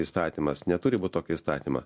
įstatymas neturi būt tokio įstatymo